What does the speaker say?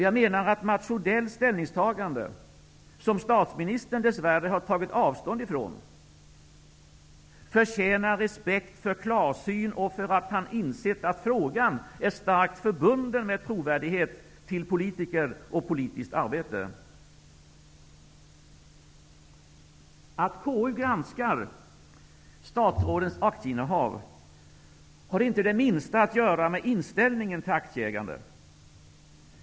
Jag menar att Mats Odells ställningstagande, som statsministern dessvärre har tagit avstånd ifrån, förtjänar respekt för klarsyn och för att han insett att frågan är starkt förbunden med trovärdighet till politiker och politiskt arbete. Att KU granskar statsrådens aktieinnehav har inte det minsta att göra med inställningen till aktieägande.